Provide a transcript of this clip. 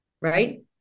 right